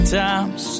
times